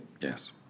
yes